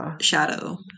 shadow